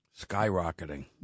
Skyrocketing